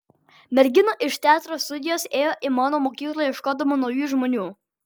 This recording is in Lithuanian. mergina iš teatro studijos ėjo į mano mokyklą ieškodama naujų žmonių